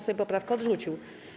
Sejm poprawkę odrzucił.